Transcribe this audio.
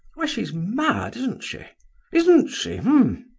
why, she's mad, isn't she isn't she, um um